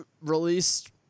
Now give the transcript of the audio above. released